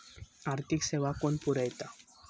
आर्थिक सेवा कोण पुरयता?